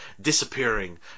disappearing